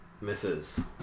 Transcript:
misses